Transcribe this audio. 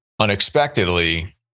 unexpectedly